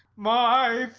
my